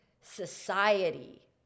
society